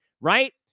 right